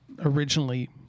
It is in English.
originally